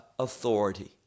authority